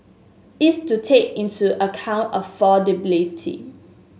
is to take into account affordability